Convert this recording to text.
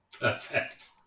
Perfect